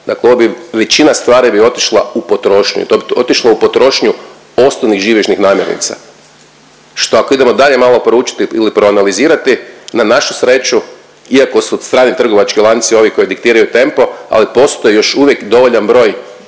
Dakle ovo bi, većina stvari bi otišla u potrošnju i to bi otišlo u potrošnju osnovnih živežnih namirnica, što ako idemo dalje malo proučiti ili proanalizirati, na našu sreću, iako su strani trgovački lanci ovi koji diktiraju tempo, ali postoji još uvijek dovoljan broj